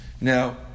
now